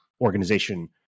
organization